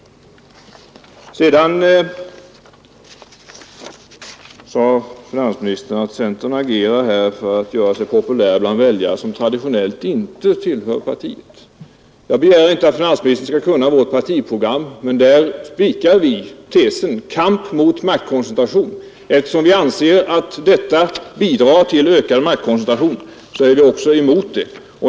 Sedan sade finansministern att centern agerar för att göra sig populär bland väljare som traditionellt inte tillhör partiet. Jag begär inte att finansministern skall kunna vårt partiprogram, men där slår vi fast tesen: ”Kamp mot maktkoncentration”. Eftersom vi anser att denna fusion bidrar till ökad maktkoncentration är vi emot den.